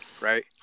Right